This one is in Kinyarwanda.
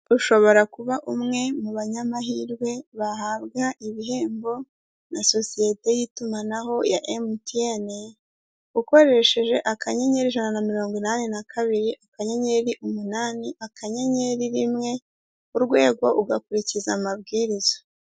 Ushobora kuba umwe mu banyamahirwe bahabwa ibihembo na sosiyete y'itumanaho ya MTN ukoresheje akanyenyeri ijana na mirongo inani na kabiri akanyenyeri umunani akanyenyeri rimwe urwego ugakurikiza amabwiriza .